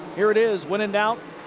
here it is. when in doubt,